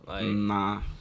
Nah